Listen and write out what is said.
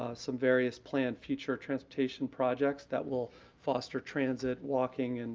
ah some various planned future transportation projects that will foster transit, walking, and